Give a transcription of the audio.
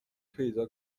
پیدا